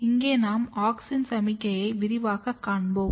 இங்கே நாம் ஆக்ஸின் சமிக்ஞையை விரிவாகக் காண்போம்